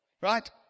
Right